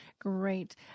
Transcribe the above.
great